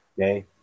Okay